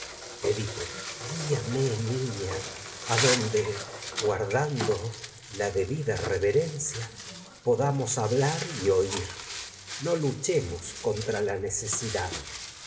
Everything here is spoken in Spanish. edipo da guíame niña adonde guardando la debi podamos hablar y reverencia la oír no luchemos con tra necesidad